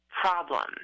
problem